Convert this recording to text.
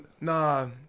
nah